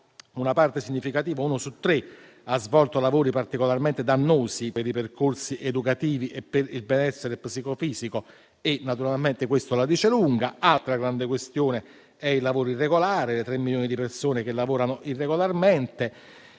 Una parte significativa - uno su tre - ha svolto lavori particolarmente dannosi per i percorsi educativi e per il benessere psicofisico e naturalmente questo la dice lunga. Altra grande questione è il lavoro irregolare. Sono tre milioni le persone che lavorano irregolarmente.